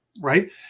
Right